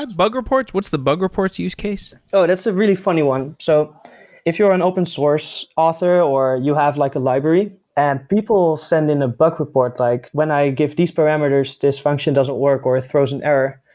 bug reports? what's the bug reports use case? oh, that's a really funny one. so if you're an open source author, or you have like a library and people send in a bug report, like when i give these parameters, this this function doesn't work, or it throws an error,